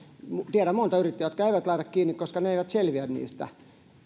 tiedän monta yrittäjää jotka eivät laita niitä kiinni koska he eivät selviä niistä